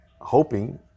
hoping